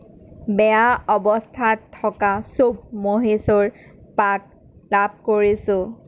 বেয়া অৱস্থাত থকা থকা চোব মহীশূৰ পাক লাভ কৰিছোঁ